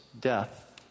death